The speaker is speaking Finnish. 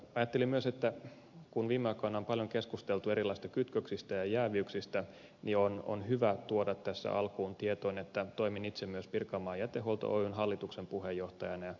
päättelin myös että kun viime aikoina on paljon keskusteltu erilaisista kytköksistä ja jääviyksistä niin on hyvä tuoda tässä alkuun tietoon että toimin itse myös pirkanmaan jätehuolto oyn hallituksen puheenjohtajana